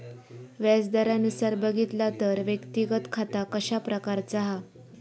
व्याज दरानुसार बघितला तर व्यक्तिगत खाता कशा प्रकारचा हा?